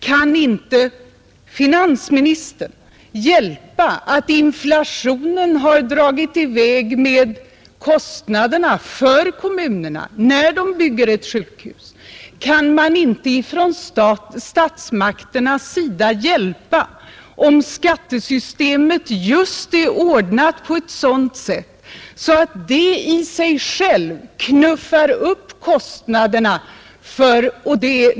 Kan inte finansministern hjälpa att inflationen dragit i väg med kostnaderna för kommunerna när de bygger t.ex. ett sjukhus? Kan man inte från statsmakternas sida hjälpa om skattesystemet är ordnat på ett sådant sätt att det i sig självt knuffar upp kostnaderna?